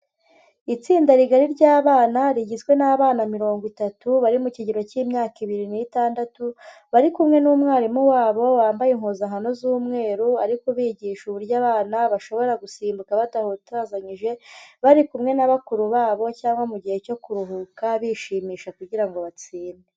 Itsinda rigari ry'abana rigizwe n'abana mirongo itatu bari mu kigero cy'imyaka ibiri n'itandatu, bari kumwe n'umwarimu wabo wambaye impuzankano z'umweru, ari kubigisha uburyo abana bashobora gusimbuka badahutazanyije, bari kumwe na bakuru babo cyangwa mu gihe cyo kuruhuka bishimisha kugira ngo batsinde.